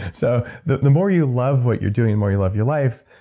so the the more you love what you're doing, the more you love your life,